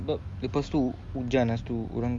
sebab lepas tu hujan lepas tu orang